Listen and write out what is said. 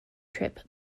trip